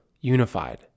unified